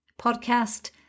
podcast